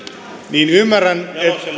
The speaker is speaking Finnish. niin ymmärrän